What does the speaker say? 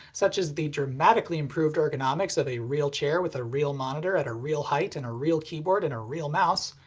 such as the dramatically improved ergonomics of a real chair with a real monitor at a real height and a real keyboard and a real mouse.